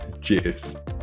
Cheers